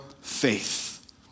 faith